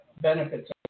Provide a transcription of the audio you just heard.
benefits